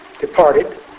departed